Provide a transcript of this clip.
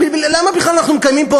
למה בכלל אנחנו מקיימים פה,